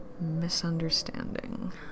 misunderstanding